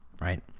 right